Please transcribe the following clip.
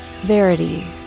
Verity